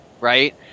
right